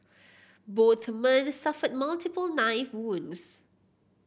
both men suffered multiple knife wounds